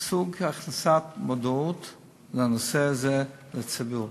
סוג של הכנסת מודעות לנושא הזה לציבור.